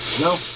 No